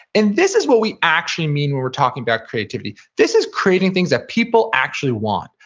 and this is what we actually mean when we're talking about creativity. this is creating things that people actually want,